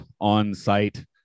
on-site